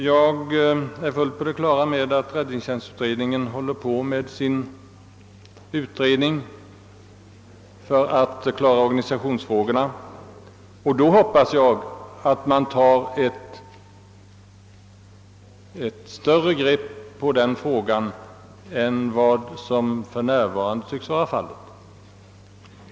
Jag är medveten om att räddningstjänstutredningen utarbetar förslag till en lösning av organisationsfrågorna. Jag hoppas att man tar ett hårdare grepp på dessa frågor än man gjort hittills.